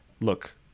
look